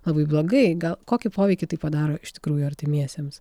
labai blogai gal kokį poveikį tai padaro iš tikrųjų artimiesiems